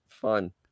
Fun